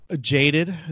Jaded